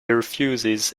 refuses